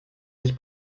sich